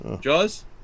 Jaws